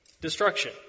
destruction